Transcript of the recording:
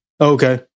Okay